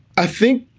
i think,